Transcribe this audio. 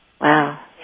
Wow